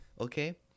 Okay